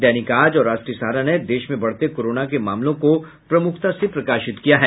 दैनिक आज और राष्ट्रीय सहारा ने देश में बढ़ते कोरोना के मामलों को प्रमुखता से प्रकाशित किया है